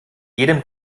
jedem